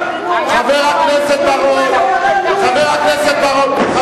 חבר הכנסת בר-און, אני קורא אותך לסדר פעם שנייה.